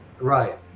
Right